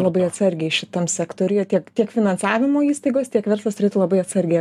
labai atsargiai šitam sektoriuje tiek tiek finansavimo įstaigos tiek verslas turėtų labai atsargiai